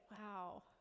wow